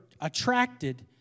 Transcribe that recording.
attracted